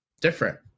different